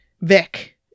Vic